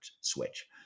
switch